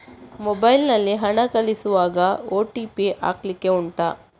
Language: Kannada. ಮೊಬೈಲ್ ನಲ್ಲಿ ಹಣ ಕಳಿಸುವಾಗ ಓ.ಟಿ.ಪಿ ಹಾಕ್ಲಿಕ್ಕೆ ಉಂಟಾ